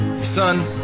Son